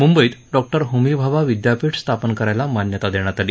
मुंबईत डॉक्टर होमी भाभा विद्यापीठ स्थापन करायला मान्यता देण्यात आली